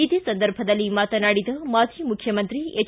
ಇದೇ ಸಂದರ್ಭದಲ್ಲಿ ಮಾತನಾಡಿದ ಮಾಜಿ ಮುಖ್ಯಮಂತ್ರಿ ಎಚ್